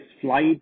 flight